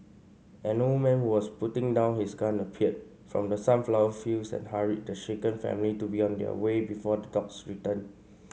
an old man who was putting down his gun appeared from the sunflower fields and hurried the shaken family to be on their way before the dogs return